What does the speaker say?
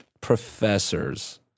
professors